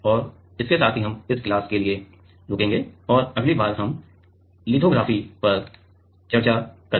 और इसके साथ ही हम इस क्लास के लिए रुकेंगे और अगली बार हम लिथोग्राफी पर चर्चा करेंगे